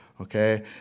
okay